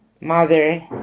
mother